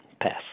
pass